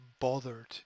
bothered